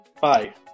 bye